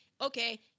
okay